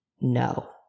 no